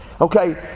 Okay